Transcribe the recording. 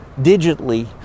digitally